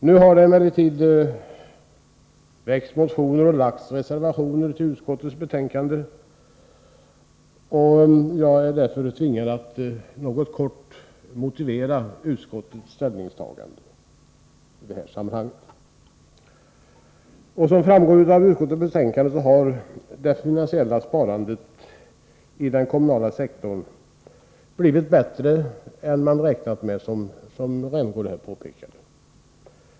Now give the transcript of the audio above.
Nu har det emellertid väckts motioner och fogats reservationer till utskottets betänkande, och jag är därför tvingad att helt kort motivera utskottets ställningstagande i det här sammanhanget. Som framgår av betänkandet har det finansiella sparandet inom den kommunala sektorn blivit bättre än man räknat med, något som Rolf Rämgård också påpekade.